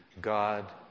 God